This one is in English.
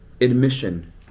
admission